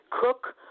Cook